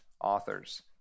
authors